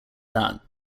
that